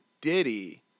Diddy